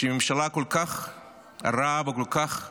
הממשלה כל כך רעה וכל כך מופרכת,